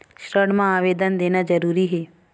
ऋण मा आवेदन देना जरूरी हे?